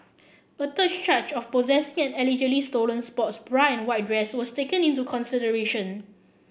a third charge of possessing an allegedly stolen sports bra and white dress was taken into consideration